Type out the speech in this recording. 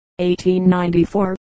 1894